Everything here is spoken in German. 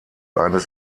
eines